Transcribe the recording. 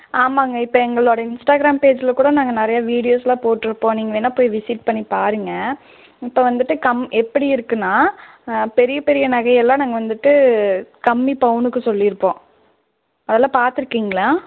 ஆமாங்க இப்போ எங்களோடய இன்ஸ்டாக்ராம் பேஜ்ஜில்க்கூட நாங்கள் நிறையா வீடியோஸெலாம் போட்டிருப்போம் நீங்கள் வேணால் போய் விசிட் பண்ணிப் பாருங்க இப்போ வந்துட்டு கம் எப்படி இருக்குதுன்னா பெரிய பெரிய நகையெல்லாம் நாங்கள் வந்துட்டு கம்மி பவுனுக்கு சொல்லியிருப்போம் அதெலாம் பார்த்துருக்கீங்களா